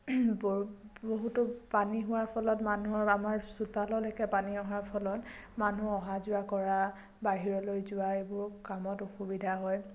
বহুতো পানী হোৱাৰ ফলত মানুহৰ আমাৰ চোতাললৈকে পানী অহাৰ ফলত মানুহ অহা যোৱা কৰা বাহিৰলৈ যোৱা এইবোৰ কামত অসুবিধা হয়